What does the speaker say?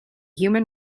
human